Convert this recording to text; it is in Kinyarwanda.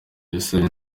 gisenyi